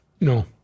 no